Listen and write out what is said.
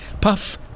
puff